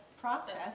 process